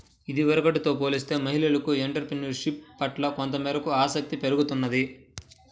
ఇదివరకటితో పోలిస్తే మహిళలకు ఎంటర్ ప్రెన్యూర్షిప్ పట్ల కొంతమేరకు ఆసక్తి పెరుగుతున్నది